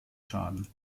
schaden